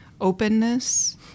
openness